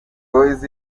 boys